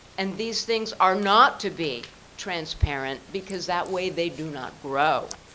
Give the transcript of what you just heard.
and these things are not to be transparent because that way they do not grow.